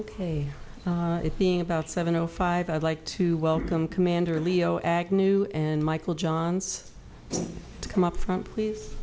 you it being about seven o five i'd like to welcome commander leo agnew and michael johns to come up front please